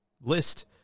list